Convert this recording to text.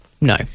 No